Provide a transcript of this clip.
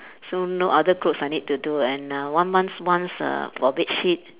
so no other clothes I need to do and uh one months once uh for bed sheet